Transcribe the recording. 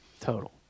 total